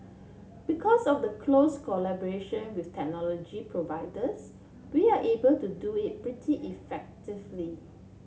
because of the close collaboration with technology providers we are able to do it pretty effectively